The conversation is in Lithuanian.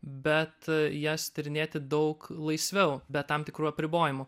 bet jas tyrinėti daug laisviau be tam tikrų apribojimų